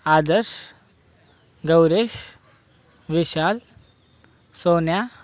Adarsh Gauresh Vishal Sonya